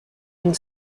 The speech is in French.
une